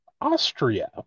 Austria